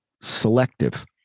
selective